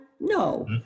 No